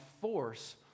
force